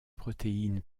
protéines